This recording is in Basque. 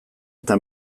eta